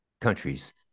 countries